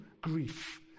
grief